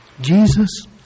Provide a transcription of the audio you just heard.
Jesus